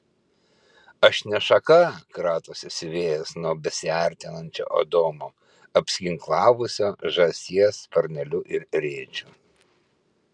aš ne šaka kratosi siuvėjas nuo besiartinančio adomo apsiginklavusio žąsies sparneliu ir rėčiu